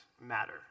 matter